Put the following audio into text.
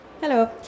hello